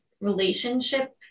relationship